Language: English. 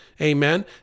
Amen